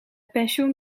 pensioen